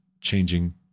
changing